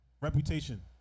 Reputation